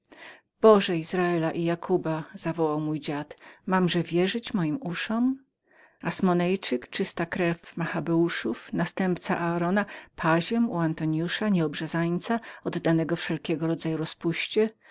boże izraela i jakóba zawołał mój dziad mamże wierzyć moim uszom asmoneeńczyk czysta krew machabeuszów następca arona paziem u antoniusza nieobrzezańca i wylanego na wszelkiego rodzaju rozpustę